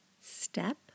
step